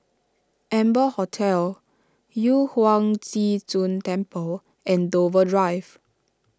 Amber Hotel Yu Huang Zhi Zun Temple and Dover Drive